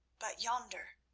but yonder,